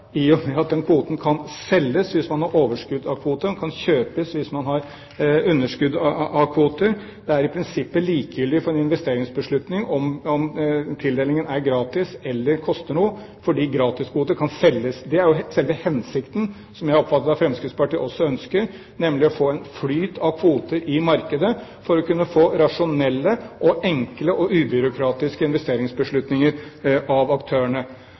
i og med at kvoten kan selges hvis man har overskudd av kvoter, og den kan kjøpes hvis man har underskudd av kvoter. Det er i prinsippet likegyldig for en investeringsbeslutning om tildelingen er gratis eller den koster noe, fordi gratiskvoter kan selges. Det er jo selve hensikten – noe jeg oppfatter at også Fremskrittspartiet ønsker – nemlig å få en flyt av kvoter i markedet for å kunne få rasjonelle, enkle og ubyråkratiske investeringsbeslutninger av aktørene.